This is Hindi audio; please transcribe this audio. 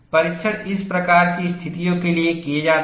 परीक्षण इस प्रकार की स्थितियों के लिए किए जाते हैं